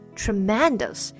tremendous